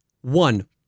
one